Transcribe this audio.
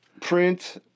print